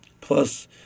plus